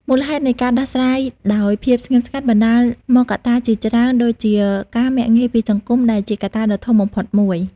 មូលហេតុនៃការដោះស្រាយដោយភាពស្ងៀមស្ងាត់បណ្តាលមកកត្តាជាច្រើនដូចជា ការមាក់ងាយពីសង្គមដែលជាកត្តាដ៏ធំបំផុតមួយ។